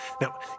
Now